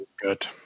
Good